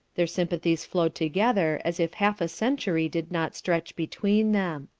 their sympathies flowed together as if half a century did not stretch between them.